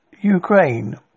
Ukraine